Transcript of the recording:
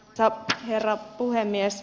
arvoisa herra puhemies